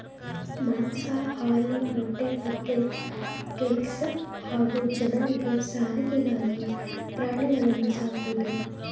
ಮಾಂಸ ಹಾಲು ಮೊಟ್ಟೆ ಮತ್ತೆ ಕೆಲ್ಸ ಹಾಗೂ ಜನರಿಗೆ ಸಾರಿಗೆಗಾಗಿ ಪ್ರಾಣಿಗಳನ್ನು ಸಾಕೋದು